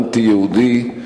אנטי-יהודי,